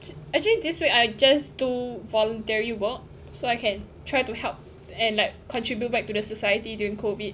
actually this week I just do voluntary work so I can try to help and like contribute back to the society during COVID